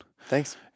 Thanks